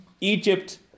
Egypt